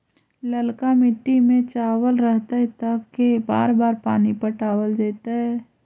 ललका मिट्टी में चावल रहतै त के बार पानी पटावल जेतै?